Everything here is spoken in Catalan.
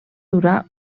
durar